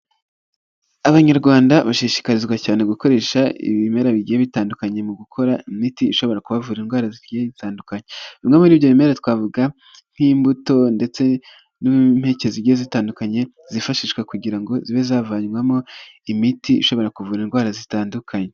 Abanyarwanda bashishikarizwa cyane gukoresha ibimera bigiye bitandukanye mu gukora imiti ishobora kubavura indwara zigiye zitandukanye. Bimwe muri ibyo bimera twavuga nk'imbuto ndetse n'impeke zigiye zitandukanye zifashishwa kugira ngo zibe zavanwamo imiti ishobora kuvura indwara zitandukanye.